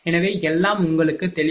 எனவே எல்லாம் உங்களுக்கு தெளிவாக உள்ளது